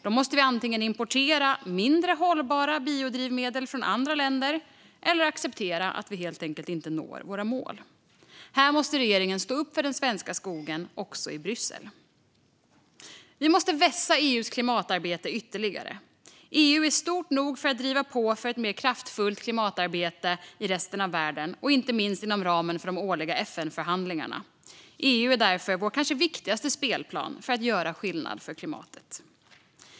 Då måste vi antingen importera mindre hållbara biodrivmedel från andra länder eller acceptera att vi helt enkelt inte når våra mål. Regeringen måste också i Bryssel stå upp för den svenska skogen. Vi måste vässa EU:s klimatarbete ytterligare. EU är stort nog för att driva på för ett mer kraftfullt klimatarbete i resten av världen, inte minst inom ramen för de årliga FN-förhandlingarna. EU är därför vår kanske viktigaste spelplan för att göra skillnad för klimatet.